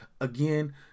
again